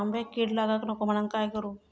आंब्यक कीड लागाक नको म्हनान काय करू?